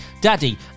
Daddy